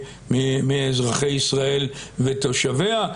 מאזרחי ישראל ותושביה,